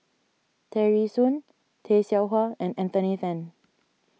Tear Ee Soon Tay Seow Huah and Anthony then